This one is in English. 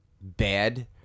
bad